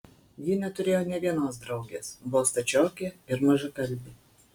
ji neturėjo nė vienos draugės buvo stačiokė ir mažakalbė